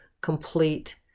complete